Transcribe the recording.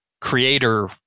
creator